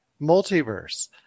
Multiverse